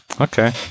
Okay